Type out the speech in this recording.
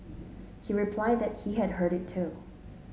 he replied that he had heard it too